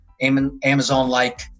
Amazon-like